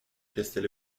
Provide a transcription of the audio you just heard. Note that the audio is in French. restait